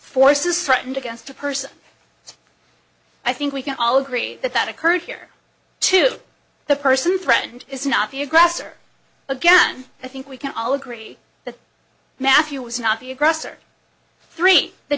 force is threatened against a person i think we can all agree that that occurred here to the person threatened is not the aggressor again i think we can all agree that matthew was not the aggressor three the